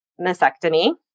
mastectomy